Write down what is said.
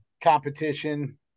competition